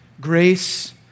grace